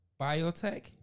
biotech